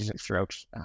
throughout